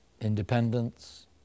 Independence